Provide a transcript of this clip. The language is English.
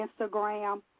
instagram